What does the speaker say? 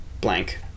blank